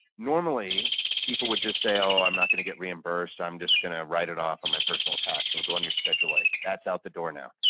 normally people would just say, oh i'm not going to get reimbursed. i'm just going to write it off on my personal tax. so it'll go on your schedule a. that's out the door now.